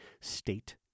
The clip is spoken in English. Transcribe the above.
state